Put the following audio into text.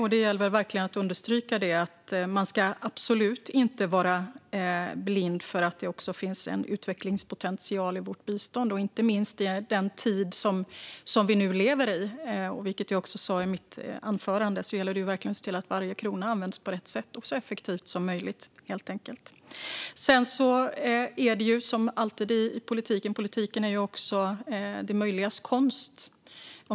Herr talman! Man ska absolut inte ska vara blind för att det finns utvecklingspotential för vårt bistånd, inte minst i den tid vi nu lever i. Jag sa också i mitt anförande att det gäller att se till att varje krona verkligen används på rätt sätt och så effektivt som möjligt. Det är som alltid i politiken; politiken är det möjligas konst.